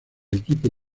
equipo